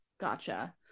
Gotcha